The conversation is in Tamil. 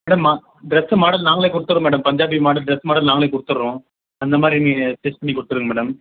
மேடம் டிரஸ்ஸு மாடல் நாங்களே கொடுத்துறோம் madam Punjabi model dress model நாங்களே கொடுத்துறோம் அந்த மாதிரி நீங்கள் ஸ்டிட்ச் பண்ணி கொடுத்துருங்க மேடம்